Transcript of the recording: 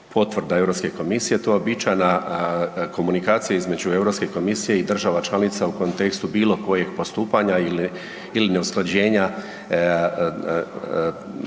to je uobičajena komunikacija između Europske komisije i država članica u kontekstu bilo kojeg postupanja ili ne usklađenja